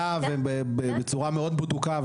ואני אומר לכם את זה מידיעה ובצורה מאוד בדוקה,